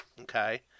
okay